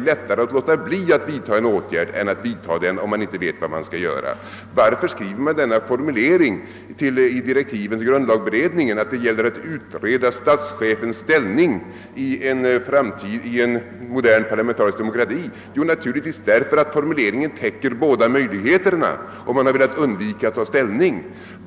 lättare att låta bli att vidtaga en åtgärd än att vidtaga den, om man inte vet vad man skall göra. Varför användes denna formulering i direktiven till grundlagberedningen, att det gäller att utreda statschefens ställning i en modern parlamentarisk demokrati? Jo, naturligtvis därför att for muleringen täcker båda möjligheterna — man har velat undvika att ta ställning.